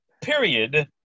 period